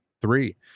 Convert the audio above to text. three